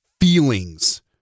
feelings